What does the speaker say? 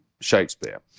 shakespeare